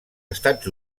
estats